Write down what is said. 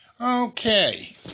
Okay